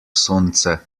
sonce